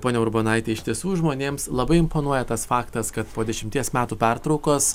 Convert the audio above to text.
ponia urbonaite iš tiesų žmonėms labai imponuoja tas faktas kad po dešimties metų pertraukos